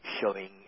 showing